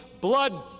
blood